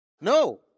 No